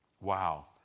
Wow